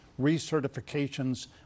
recertifications